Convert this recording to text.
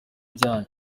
byanyu